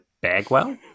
Bagwell